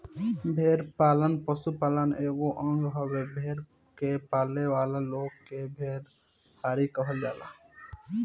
भेड़ पालन पशुपालन के एगो अंग हवे, भेड़ के पालेवाला लोग के भेड़िहार कहल जाला